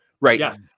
Right